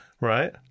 right